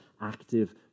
active